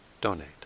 donate